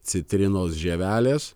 citrinos žievelės